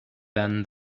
than